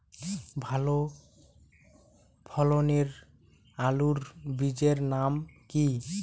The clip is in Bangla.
ভালো ফলনের আলুর বীজের নাম কি?